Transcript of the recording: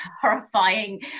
horrifying